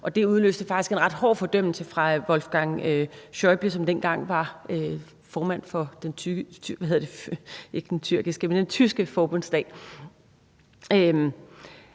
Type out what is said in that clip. det udløste faktisk en ret hård fordømmelse fra Wolfgang Schäuble, som dengang var formand for den tyske forbundsdag.